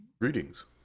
Greetings